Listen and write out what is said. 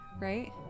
right